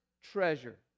treasure